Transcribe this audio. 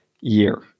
year